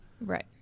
Right